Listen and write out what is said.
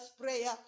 prayer